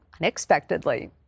unexpectedly